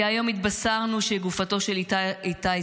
כי היום התבשרנו שגופתו של איתי סבירסקי,